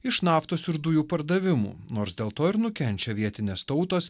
iš naftos ir dujų pardavimų nors dėl to nukenčia vietinės tautos